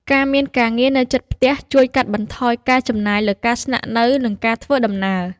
ការមានការងារនៅជិតផ្ទះជួយកាត់បន្ថយការចំណាយលើការស្នាក់នៅ និងការធ្វើដំណើរ។